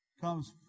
comes